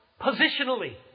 positionally